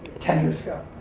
ten years ago.